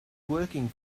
working